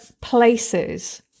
places